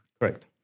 Correct